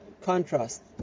contrast